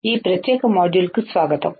ఈ ప్రత్యేక మాడ్యూల్కు స్వాగతం